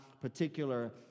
particular